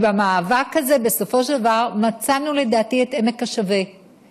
ובמאבק הזה בסופו של דבר מצאנו לדעתי את עמק השווה,